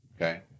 Okay